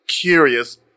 curious